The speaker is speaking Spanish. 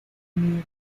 nieve